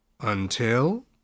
Until